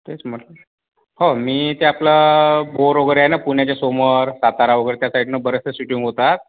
तेच म्हटलं हो मी ते आपलं भोर वगैरे आहे ना पुण्याच्या समोर सातारा वगैरे त्या साईडनं बरचसं शूटिंग होतात